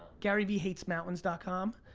garyveehatesmountains ah com.